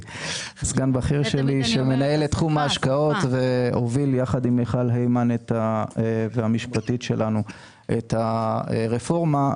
הוא הוביל יחד עם מיכל היימן והמשפטית שלנו את הרפורמה.